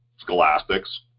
scholastics